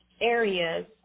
areas